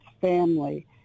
family